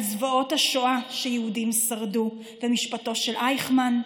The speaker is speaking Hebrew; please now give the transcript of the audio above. על זוועות השואה שיהודים שרדו ומשפטו של אייכמן,